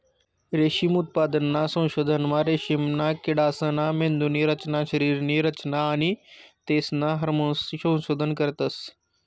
रेशीम उत्पादनना संशोधनमा रेशीमना किडासना मेंदुनी रचना, शरीरनी रचना आणि तेसना हार्मोन्सनं संशोधन करतस